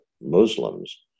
Muslims